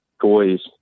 Toys